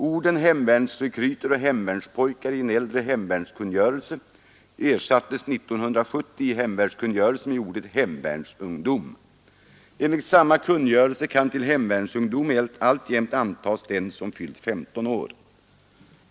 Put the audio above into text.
Orden hemvärnsrekryter och hemvärnspojkar i en äldre hemvärnskungörelse ersattes i 1970 års hemvärnskungörelse med ordet hemvärnsungdom. Enligt samma kungörelse kan till hemvärnsungdom alltjämt antas den som fyllt 15 år.